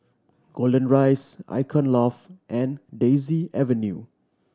Golden Rise Icon Loft and Daisy Avenue